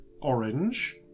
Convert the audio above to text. orange